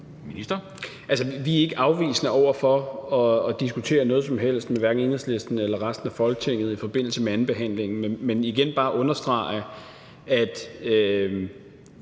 helst, som vi er afvisende over for at diskutere noget – hverken med Enhedslisten eller resten af Folketinget – i forbindelse med andenbehandlingen. Men jeg vil igen bare understrege, at